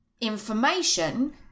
information